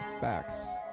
Facts